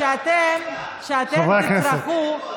חברי הכנסת.